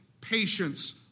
patience